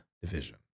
division